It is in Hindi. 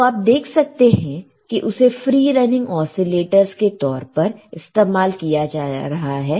तो आप देख सकते हैं कि उसे फ्री रनिंग ओसीलेटरस के तौर पर इस्तेमाल किया जा रहा है